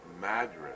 Madras